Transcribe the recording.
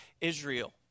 Israel